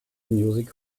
music